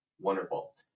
Wonderful